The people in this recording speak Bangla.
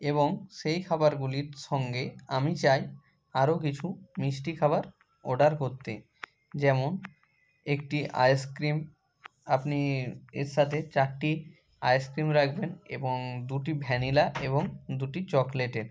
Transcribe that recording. এবং সেই খাবারগুলির সঙ্গে আমি চাই আরও কিছু মিষ্টি খাবার অর্ডার করতে যেমন একটি আইসক্রিম আপনি এর সাথে চারটি আইসক্রিম রাখবেন এবং দুটি ভ্যানিলা এবং দুটি চকলেটের